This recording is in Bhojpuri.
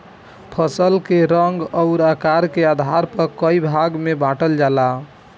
फसल के रंग अउर आकार के आधार पर कई भाग में बांटल जाला